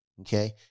Okay